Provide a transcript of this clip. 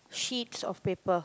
sheets of paper